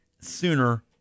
sooner